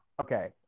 Okay